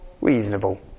reasonable